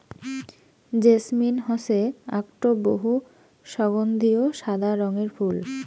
jasmine হসে আকটো বহু সগন্ধিও সাদা রঙের ফুল